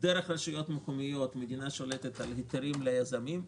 דרך רשויות מקומיות המדינה שולטת על היתרים ליזמים.